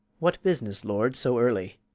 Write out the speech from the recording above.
what business, lord, so early?